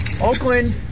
Oakland